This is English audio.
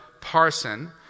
parson